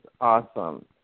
awesome